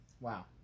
Wow